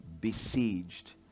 besieged